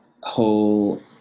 whole